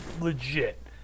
legit